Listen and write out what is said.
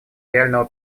реального